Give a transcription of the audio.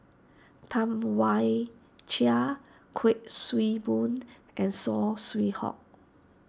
Tam Wai Jia Kuik Swee Boon and Saw Swee Hock